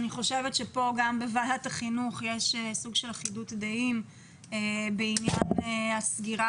אני חושבת שגם בוועדת החינוך יש סוג של אחידות דעים בעניין הסגירה